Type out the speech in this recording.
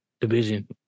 Division